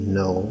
no